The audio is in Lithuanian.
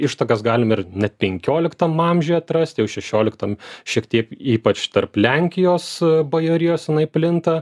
ištakas galim ir net penkioliktam amžiuj atrasti jau šešioliktam šiek tiek ypač tarp lenkijos bajorijos jinai plinta